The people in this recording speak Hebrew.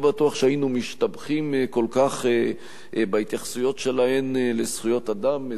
בטוח שהיינו משתבחים כל כך בהתייחסות שלהן לזכויות אדם,